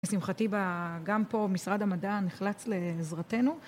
לשמחתי גם פה משרד המדע נחלץ לעזרתנו